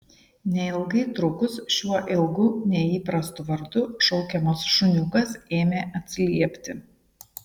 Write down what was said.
neilgai trukus šiuo ilgu neįprastu vardu šaukiamas šuniukas ėmė atsiliepti